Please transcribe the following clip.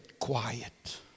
Quiet